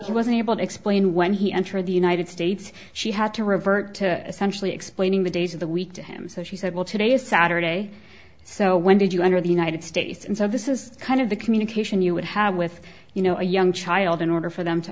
he wasn't able to explain when he entered the united states she had to revert to essentially explaining the days of the week to him so she said well today is saturday so when did you enter the united states and so this is kind of the communication you would have with you know a young child in order for them to